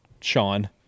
Sean